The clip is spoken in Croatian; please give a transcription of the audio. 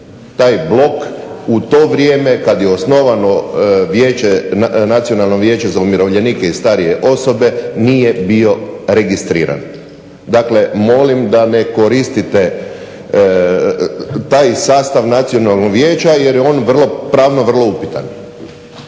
Taj blok u to vrijeme kad je osnovano vijeće, nacionalno vijeće za umirovljenike i starije osobe nije bio registriran. Dakle molim da ne koristite taj sastav nacionalnog vijeća, jer je on vrlo pravno vrlo upitan.